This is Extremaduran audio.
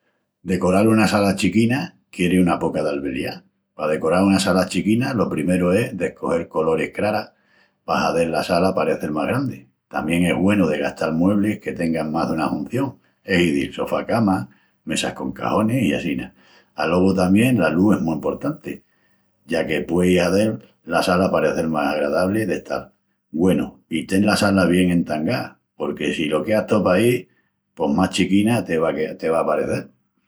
Decoral una sala chiquina quieri una poca d'albeliá. Pa decoral una sala chiquina lo primeru es descogel coloris craras pa hazel la sala parecel más grandi. Tamién es güenu de gastal mueblis que tengan más duna hunción, es izil, sofá-cama, mesas con caxonis i assina. Alogu tamién la lus es mu emportanti, ya que puei hazel la sala parecel más agradabli d'estal. Güenu, i ten la sala bien entangá porque si lo queas tó paí pos más chiquina te va a que.. te va a parecel.